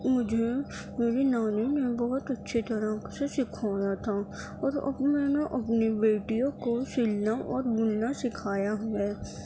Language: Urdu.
مجھے میری نانی نے بہت اچھی طرح سے سکھایا تھا اور اب میں نے اپنی بیٹیوں کو سلنا اور بننا سکھایا ہے